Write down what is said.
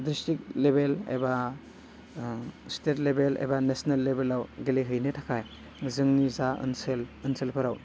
district level एबा state level एबा national लेभेलाव गेलेहैनो थाखाय जोंनि जा ओनसोल ओनसोलफोराव